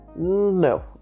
No